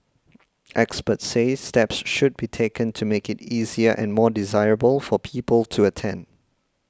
experts say steps should be taken to make it easier and more desirable for people to attend